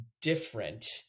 different